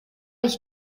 ich